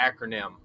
acronym